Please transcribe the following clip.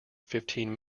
fifteen